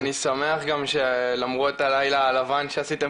אני שמח גם שלמרות הלילה הלבן שעשיתם